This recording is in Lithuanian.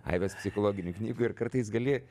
aibes psichologinių knygų ir kartais gali